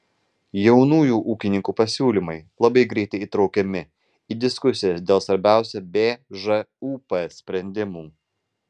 jaunųjų ūkininkų pasiūlymai labai greitai įtraukiami į diskusijas dėl svarbiausių bžūp sprendimų